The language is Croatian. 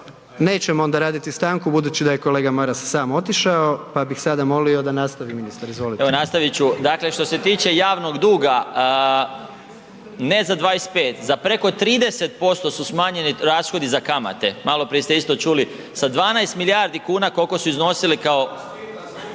Nećemo onda raditi stanku budući da je kolega Maras sam otišao pa bih sada molio da nastavi ministar, izvolite. **Marić, Zdravko** Evo nastavit ću. Dakle, što se tiče javnog duga, ne za 25, za preko 30% su smanjeni rashodi za kamate. Maloprije ste isto čuli sa 12 milijardi kuna koliko su iznosile kao